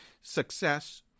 success